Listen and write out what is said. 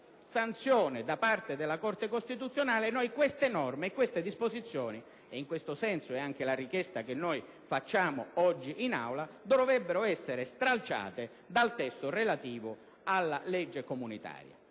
sanzione da parte della Corte costituzionale, queste norme e queste disposizioni - e in tal senso si muove la richiesta che avanziamo oggi in Aula - dovrebbero essere stralciate dal testo relativo alla legge comunitaria.